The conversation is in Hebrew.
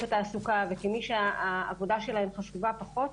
התעסוקה וכמי שהעבודה שלהן חשובה פחות,